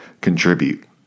contribute